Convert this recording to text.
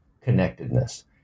connectedness